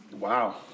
Wow